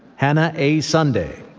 hannah a. sunday,